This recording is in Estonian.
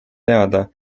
teada